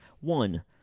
One